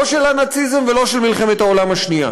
לא של הנאציזם ולא של מלחמת העולם השנייה.